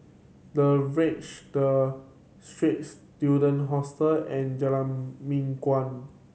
The Verge The Straits Student Hostel and Jalan Mingguan